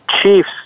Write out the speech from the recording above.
Chiefs